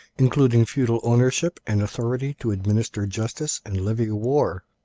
including feudal ownership and authority to administer justice and levy war.